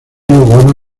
goma